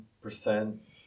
percent